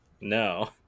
No